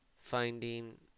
finding